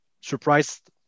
surprised